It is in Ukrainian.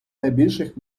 найбільших